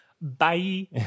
bye